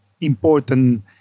important